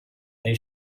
they